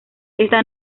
está